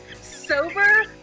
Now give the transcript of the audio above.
Sober